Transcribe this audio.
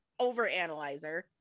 overanalyzer